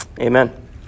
Amen